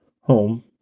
Home